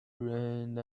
rained